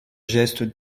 geste